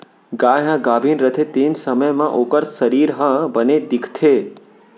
गाय ह गाभिन रथे तेन समे म ओकर सरीर ह बने दिखथे